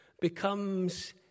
becomes